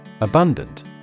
Abundant